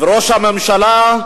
וראש הממשלה,